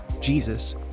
Jesus